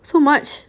so much